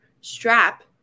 strap